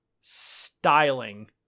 styling